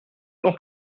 tant